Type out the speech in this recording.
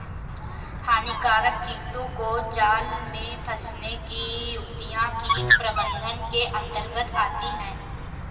हानिकारक कीटों को जाल में फंसने की युक्तियां कीट प्रबंधन के अंतर्गत आती है